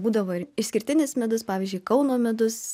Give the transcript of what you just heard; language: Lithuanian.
būdavo ir išskirtinis midus pavyzdžiui kauno midus